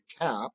cap